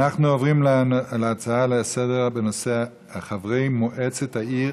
נעבור להצעה לסדר-היום בנושא: חברי מועצת העיר